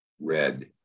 Red